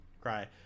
cry